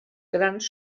grans